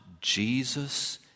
Jesus